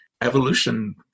evolution